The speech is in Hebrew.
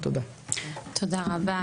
תודה רבה.